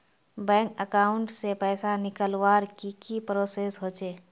Bank account से पैसा निकालवर की की प्रोसेस होचे?